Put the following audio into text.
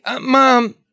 Mom